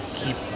keep